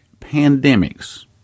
pandemics